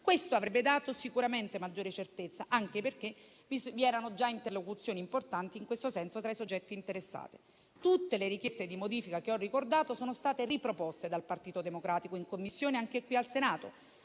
Questo avrebbe dato sicuramente maggiore certezza, anche perché vi erano già interlocuzioni importanti in questo senso tra i soggetti interessati. Tutte le richieste di modifica che ho ricordato sono state riproposte dal Partito Democratico in Commissione anche qui al Senato,